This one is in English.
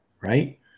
right